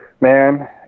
Man